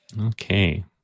Okay